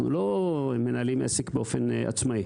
אנחנו לא מנהלים עסק באופן עצמאי.